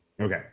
okay